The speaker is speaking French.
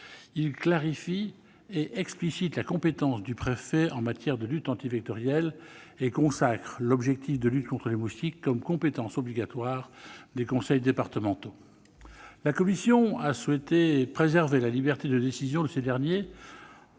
Elle clarifie et explicite la compétence du préfet en matière de lutte antivectorielle et consacre l'objectif de lutte contre les moustiques comme compétence obligatoire des conseils départementaux. La commission a souhaité préserver la liberté de décision de ces derniers,